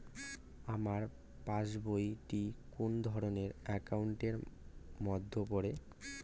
আমার পাশ বই টি কোন ধরণের একাউন্ট এর মধ্যে পড়ে?